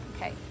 okay